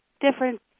different